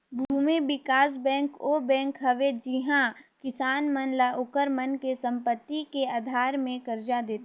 भूमि बिकास बेंक ओ बेंक हवे जिहां किसान मन ल ओखर मन के संपति के आधार मे करजा देथे